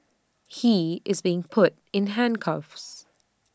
he is being put in handcuffs